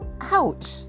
Ouch